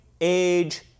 age